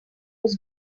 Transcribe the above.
was